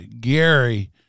Gary